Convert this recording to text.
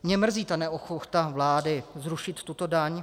Mě mrzí ta neochota vlády zrušit tuto daň.